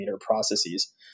processes